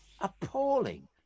appalling